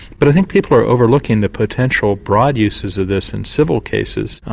but i think people are overlooking the potential broad uses of this in civil cases.